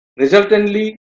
Resultantly